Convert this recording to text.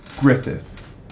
Griffith